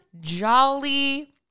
jolly